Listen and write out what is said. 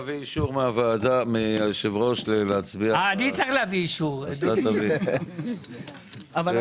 הישיבה ננעלה בשעה 10:53.